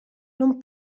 non